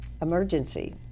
Emergency